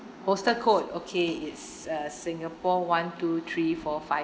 postal code okay it's uh singapore one two three four five